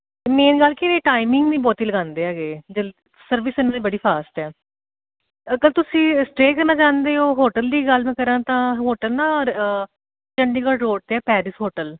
main ਗੱਲ ਕਿ timing ਨਹੀਂ ਬਹੁਤੀ ਲਗਾਉਂਦੇ ਹੈਗੇ ਜਲ ਸਰਵਿਸ ਇਹਨਾਂ ਦੀ ਬੜੀ ਫਾਸਟ ਹੈ ਅਗਰ ਤੁਸੀਂ ਸਟੇਅ ਕਰਨਾ ਚਾਹੁੰਦੇ ਹੋ ਹੋਟਲ ਦੀ ਗੱਲ ਮੈਂ ਕਰਾਂ ਤਾਂ ਹੋਟਲ ਨਾ ਚੰਡੀਗੜ੍ਹ ਰੋਡ 'ਤੇ ਹੈ ਪੈਰਿਸ ਹੋਟਲ